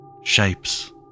Shapes